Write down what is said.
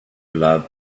love